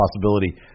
possibility